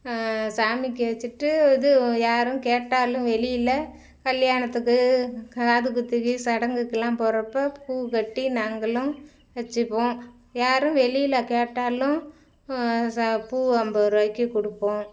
சாமிக்கு வச்சுட்டு இது யாரும் கேட்டாலும் வெளியில் கல்யாணத்துக்கு காதுகுத்துக்கு சடங்குக்கெலாம் போகிறப்போ பூ கட்டி நாங்களும் வச்சுப்போம் யாரும் வெளியில் கேட்டாலும் பூ ஐம்பது ரூபாய்க்கி கொடுப்போம்